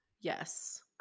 Yes